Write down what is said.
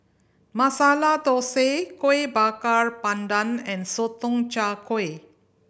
Masala Thosai Kuih Bakar Pandan and Sotong Char Kway